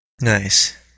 Nice